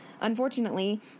Unfortunately